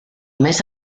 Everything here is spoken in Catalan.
més